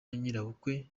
nyirabukwe